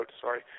sorry